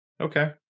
okay